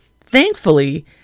thankfully